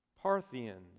Parthians